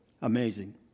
amazing